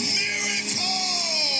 miracle